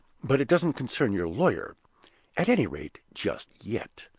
but it doesn't concern your lawyer at any rate, just yet.